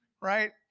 right